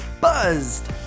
buzzed